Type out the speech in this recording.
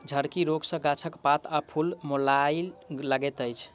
झड़की रोग सॅ गाछक पात आ फूल मौलाय लगैत अछि